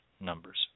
numbers